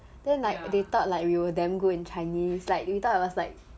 then like they thought like we were damn good in chinese they thought it was like